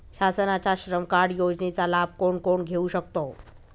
शासनाच्या श्रम कार्ड योजनेचा लाभ कोण कोण घेऊ शकतो?